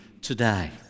today